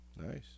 Nice